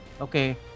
Okay